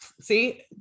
See